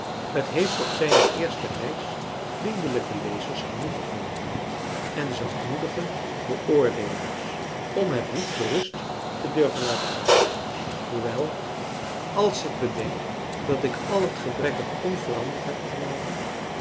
het heeft op zijne eerste reis vriendelijke lezers genoeg gevonden en zachtmoedige beoordeelaars om het niet gerust te durven laten gaan hoewel als ik bedenk dat ik al het gebrekkige onveranderd heb gelaten